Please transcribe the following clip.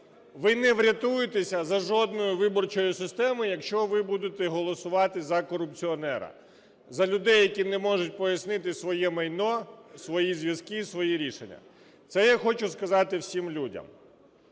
Ви не врятуєтесь за жодною виборчою системою, якщо ви будете голосувати за корупціонера, за людей, які не можуть пояснити своє майно, свої зв’язки, свої рішення. Це я хочу сказати всім людям.